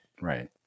right